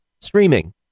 streaming